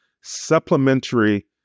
supplementary